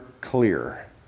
clear